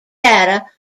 data